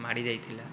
ମାଡ଼ି ଯାଇଥିଲା